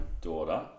daughter